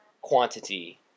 quantity